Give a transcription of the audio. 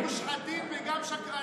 אתם גם מושחתים וגם שקרנים.